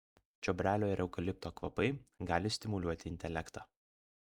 čiobrelio ir eukalipto kvapai gali stimuliuoti intelektą